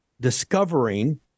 discovering